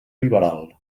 liberal